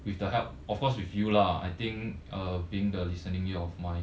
with the help of course with you lah I think uh being the listening ear of mine